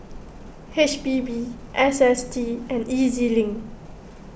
H P B S S T and E Z Link